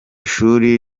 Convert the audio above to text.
shuri